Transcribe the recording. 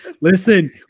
listen